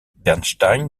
bernstein